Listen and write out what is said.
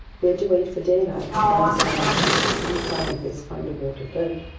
we had to wait for daylight to find some way of getting inside this underwater boat.